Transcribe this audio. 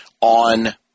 on